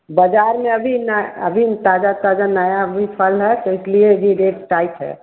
बाज़ार में अभी न अभी ताज़ा ताज़ा नया अभी फ़ल है तो इसलिए अभी रेट टाइट है